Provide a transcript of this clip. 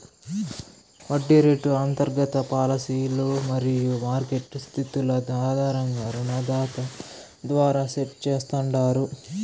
వడ్డీ రేటు అంతర్గత పాలసీలు మరియు మార్కెట్ స్థితుల ఆధారంగా రుణదాత ద్వారా సెట్ చేస్తాండారు